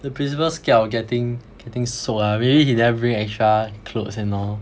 the principal scared of getting getting soaked ah maybe he never bring extra clothes and all